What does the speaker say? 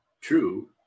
true